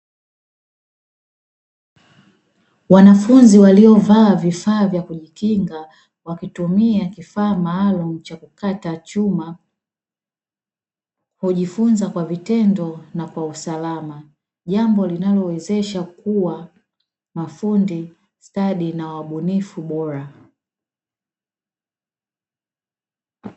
Wanafunzi waliovaa vifaa vya kujikinga, wakitumia kifaa maalumu cha kukata chuma, hujifunza kwa vitendo na kwa usalama, jambo linalowezesha kuwa mafundi stadi na wabunifu bora.